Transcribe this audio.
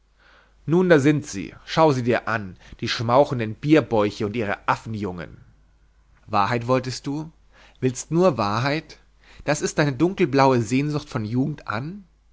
nun da sind sie schau sie dir an die schmauchenden bierbäuche und ihre affenjungen wahrheit wolltest du willst nur wahrheit das ist deine dunkelblaue sehnsucht von jugend an